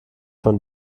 von